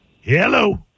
Hello